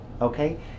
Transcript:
okay